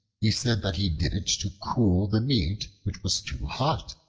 he said that he did it to cool the meat, which was too hot.